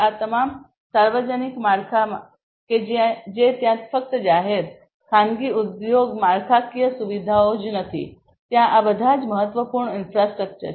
આ તમામ સાર્વજનિક માળખાં કે જે ત્યાં ફક્ત જાહેર ખાનગી ઉદ્યોગ માળખાકીય સુવિધાઓ જ નથી ત્યાં આ બધા જ મહત્વપૂર્ણ ઇન્ફ્રાસ્ટ્રક્ચર છે